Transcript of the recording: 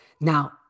Now